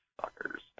suckers